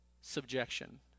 subjection